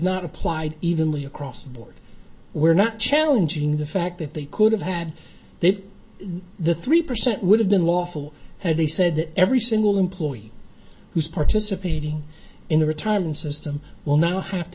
not applied evenly across the board we're not challenging the fact that they could have had that the three percent would have been lawful had they said that every single employee who's participating in a retirement system will now have to